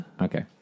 Okay